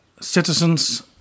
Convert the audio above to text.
citizens